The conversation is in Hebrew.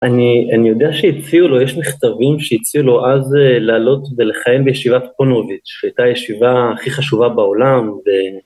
אני יודע שהציעו לו, יש מכתבים שהציעו לו אז לעלות ולכהן בישיבת פונוביץ', שהייתה הישיבה הכי חשובה בעולם,